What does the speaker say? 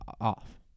off